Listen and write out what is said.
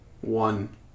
One